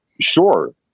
Sure